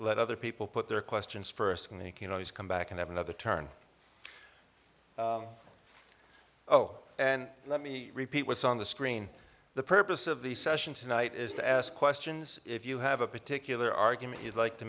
let other people put their questions first and he can always come back and have another turn oh and let me repeat what's on the screen the purpose of the session tonight is to ask questions if you have a particular argument is like to